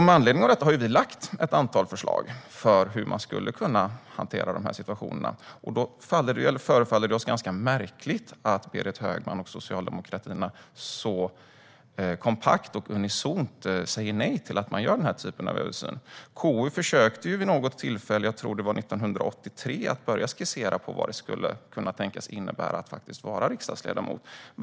Med anledning av detta har vi lagt fram ett antal förslag till hur dessa situationer skulle kunna hanteras, och det förefaller därför ganska märkligt att Berit Högman och Socialdemokraterna så kompakt och unisont säger nej till att man gör denna typ av översyn. KU försökte vid något tillfälle - jag tror att det var 1983 - börja skissera på vad det skulle kunna tänkas innebära att vara riksdagsledamot.